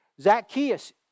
Zacchaeus